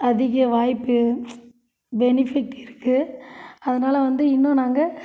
அதிக வாய்ப்பு பெனிஃபிட் இருக்குது அதனால் வந்து இன்னும் நாங்கள்